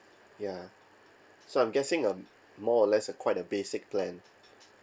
ya so I'm guessing uh more or less a quite a basic plan